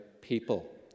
people